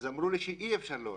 אמרו לי שאי אפשר להוריד.